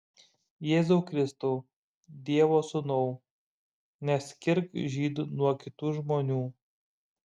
jėzau kristau dievo sūnau neskirk žydų nuo kitų žmonių